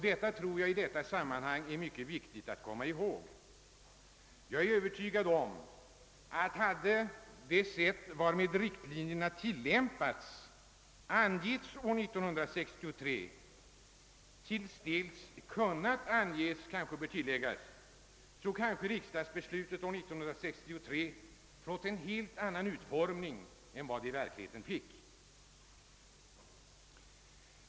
Detta tror jag att det i detta sammanhang är mycket viktigt att komma ihåg. Jag är övertygad om att ifall det sätt, varmed riktlinjerna skulle tillämpas, hade kunnat anges år 1963, så hade riksdagsbeslutet år 1963 fått en helt annan utformning än vad det i verkligheten fick.